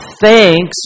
Thanks